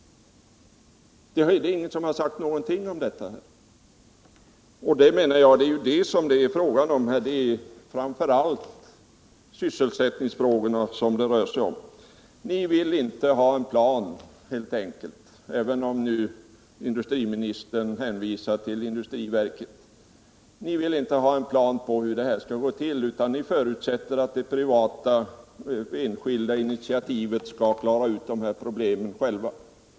Det har ingen sagt någonting om. Och det är ju framför allt sysselsättningsfrågorna det rör sig om! Ni vill helt enkelt inte ha en plan för hur det här skall gå till — även om industriministern nu hänvisar till industriverket — utan ni förutsätter att det enskilda initiativet skall lösa problemen.